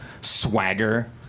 swagger